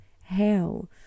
hell